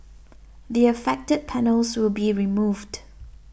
the affected panels will be removed